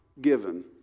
given